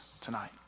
tonight